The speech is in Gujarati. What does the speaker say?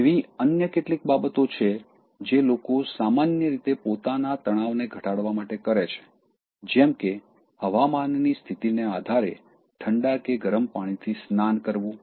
એવી અન્ય કેટલીક બાબતો છે જે લોકો સામાન્ય રીતે પોતાના તણાવને ઘટાડવા માટે કરે છે જેમ કે હવામાનની સ્થિતિને આધારે ઠંડા કે ગરમ પાણીથી સ્નાન કરવું